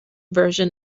version